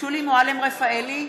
שולי מועלם-רפאלי,